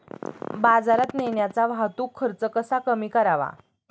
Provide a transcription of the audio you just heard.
बाजारात नेण्याचा वाहतूक खर्च कसा कमी करावा?